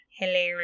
Hello